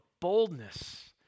boldness